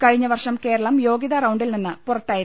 കഴിഞ്ഞ വർഷം കേരളം യോഗ്യതാ റൌണ്ടിൽ നിന്ന് പുറത്തായിരുന്നു